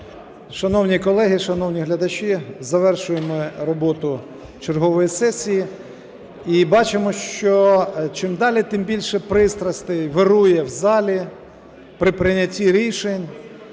Шановні колеги, шановні глядачі, завершуємо ми роботу чергової сесії, і бачимо, що чим далі, тим більше пристрастей вирує в залі при прийнятті рішень,